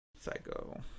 psycho